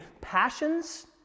passions